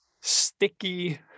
sticky